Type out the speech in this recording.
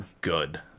good